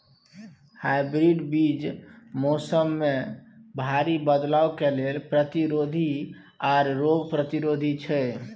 hybrid बीज मौसम में भारी बदलाव के लेल प्रतिरोधी आर रोग प्रतिरोधी छै